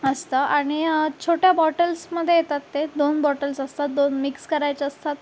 असतं आणि छोट्या बॉटल्समध्ये येतात ते दोन बॉटल्स असतात दोन मिक्स करायच्या असतात